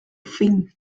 fin